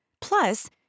Plus